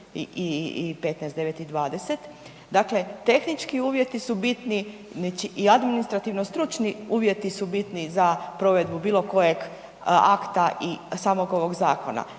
i 15, 9 i 20. Dakle tehnički uvjeti su bitni, znači i administrativno-stručni uvjeti su bitni za provedbu bilokojeg akta i samog ovog zakona,